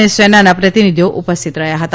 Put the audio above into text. અને સેનાના પ્રતિનિધીઓ ઉપસ્થિત રહ્યા હતા